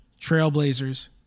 Trailblazers